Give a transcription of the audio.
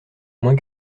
moins